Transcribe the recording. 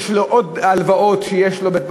יש לו עוד הלוואות מהבנק.